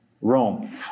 Rome